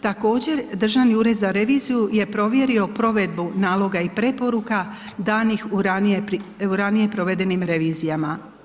Također Državni ured za reviziju je provjerio provedbu naloga i preporuka danih u ranije provedenim revizijama.